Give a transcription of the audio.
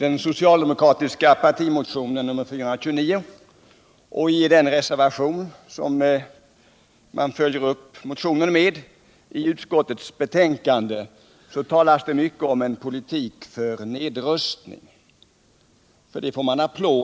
Vt känner igen de här resonemarigen om nedrustning.